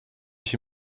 ich